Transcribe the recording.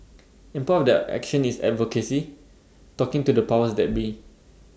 and part of that action is advocacy talking to the powers that be